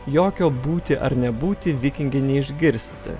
jokio būti ar nebūti vikinge neišgirsti